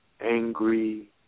angry